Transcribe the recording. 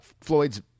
Floyd's –